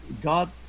God